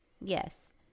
yes